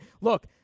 Look